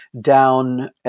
down